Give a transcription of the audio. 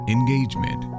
Engagement